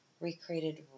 recreated